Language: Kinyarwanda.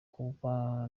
kuba